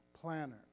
planner